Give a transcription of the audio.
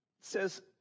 says